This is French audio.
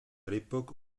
l’époque